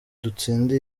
dutsinde